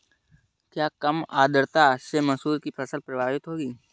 क्या कम आर्द्रता से मसूर की फसल प्रभावित होगी?